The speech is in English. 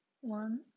one